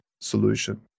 solution